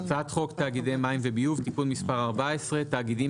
הצעת חוק תאגידי מים וביוב (תיקון מס' 14) (תאגידים